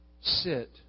sit